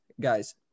guys